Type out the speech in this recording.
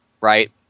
right